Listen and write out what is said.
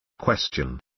Question